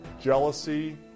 jealousy